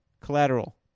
Collateral